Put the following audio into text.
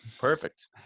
perfect